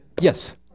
Yes